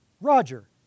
Roger